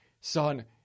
Son